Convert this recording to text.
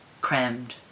crammed